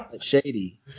Shady